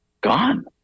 gone